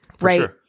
right